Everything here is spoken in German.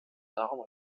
darum